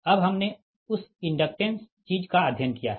अब हमने उस इंडक्टेंस चीज़ का अध्ययन किया है